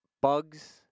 bugs